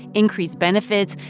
increased benefits.